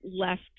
left